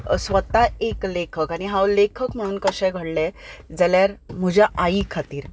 स्वता एक लेखक आनी हांव लेखक म्हणून कशें घडलें जाल्यार म्हज्या आई खातीर